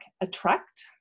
attract